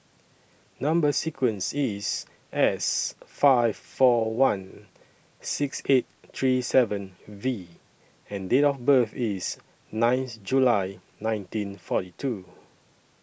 Number sequence IS S five four one six eight three seven V and Date of birth IS ninth July nineteen forty two